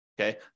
okay